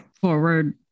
forward